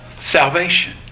salvation